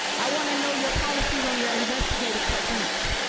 i wanna know your policies on your investigative techniques.